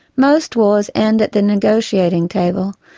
most wars end at the negotiating table,